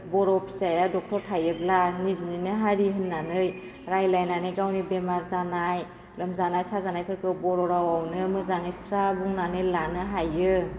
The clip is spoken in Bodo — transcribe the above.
बर' फिसाया डक्टर थायोब्ला निजिनिनो हारि होन्नानै रायज्लायनानै गावनि बेमार जानाय लोमजानाय साजानायफोरखौ बर' रावआवनो मोजाङै स्रा बुंनानै लानो हायो